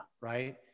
right